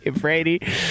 Brady